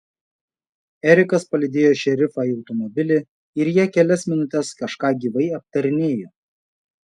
erikas palydėjo šerifą į automobilį ir jie kelias minutes kažką gyvai aptarinėjo